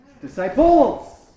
Disciples